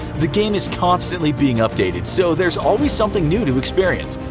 the game is constantly being updates so there is always something new to experience!